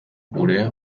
gurea